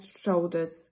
shoulders